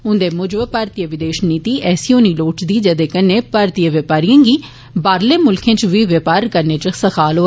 उन्दे मूजब मारतीय विदेश नीति ऐसी होनी लोड़चदी जेदे कन्नै भारतीय व्यौपारिएं गी बाहरले मुल्खें च बी ब्यौपार करके इच सखाल होए